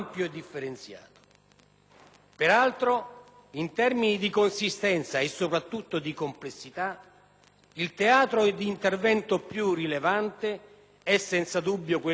il teatro di intervento più rilevante è senza dubbio quello dell'Afghanistan. Ed è proprio sul caso dell'Afghanistan che vorrei soffermarmi brevemente.